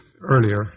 earlier